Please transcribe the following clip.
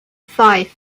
five